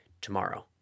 tomorrow